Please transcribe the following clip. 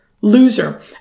loser